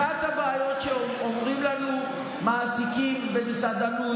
אחת הבעיות שאומרים לנו מעסיקים במסעדנות